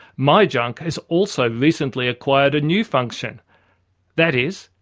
my junk has also recently acquired a new function that is,